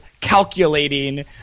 calculating